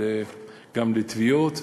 וגם לתביעות.